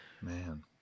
man